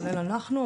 כולל אנחנו,